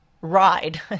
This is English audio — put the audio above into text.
ride